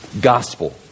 gospel